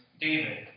David